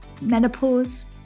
menopause